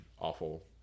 awful